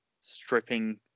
stripping